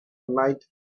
night